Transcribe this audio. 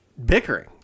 bickering